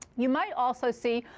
you might also see,